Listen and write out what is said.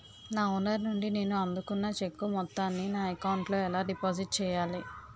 నా ఓనర్ నుండి నేను అందుకున్న చెక్కు మొత్తాన్ని నా అకౌంట్ లోఎలా డిపాజిట్ చేయాలి?